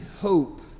hope